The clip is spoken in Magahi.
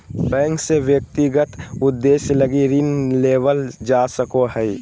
बैंक से व्यक्तिगत उद्देश्य लगी ऋण लेवल जा सको हइ